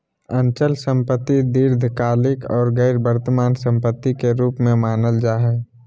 अचल संपत्ति दीर्घकालिक आर गैर वर्तमान सम्पत्ति के रूप मे जानल जा हय